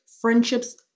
friendship's